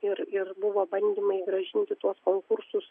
ir ir buvo bandymai grąžinti tuos konkursus